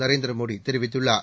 நரேந்திரமோடிதெரிவித்துள்ளார்